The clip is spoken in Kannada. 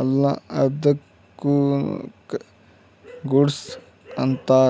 ಅಲ್ಲಾ ಅದ್ದುಕ ಗೂಡ್ಸ್ ಅಂತಾರ್